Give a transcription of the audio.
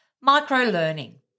Micro-learning